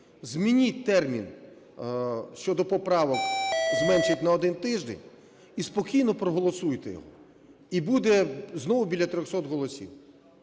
Змініть термін щодо поправок, зменшить на один тиждень, і спокійно проголосуйте його і буде знову біля 300 голосів.